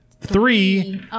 Three